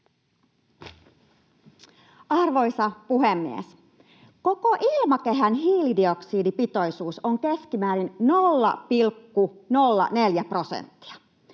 Arvoisa puhemies! Koko ilmakehän hiilidioksidipitoisuus on keskimäärin 0,04 prosenttia.